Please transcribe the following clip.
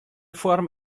foarm